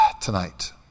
tonight